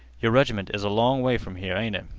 your reg'ment is a long way from here, ain't it?